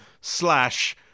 slash